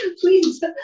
please